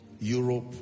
Europe